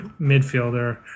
midfielder